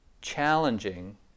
challenging